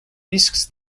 riscs